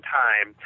time